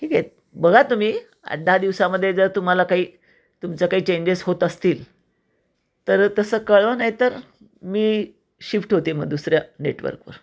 ठीक आहे बघा तुम्ही आठ दहा दिवसामध्ये जर तुम्हाला काही तुमचं काही चेंजेस होत असतील तरं तसं कळवा नाही तर मी शिफ्ट होते मग दुसऱ्या नेटवर्कवर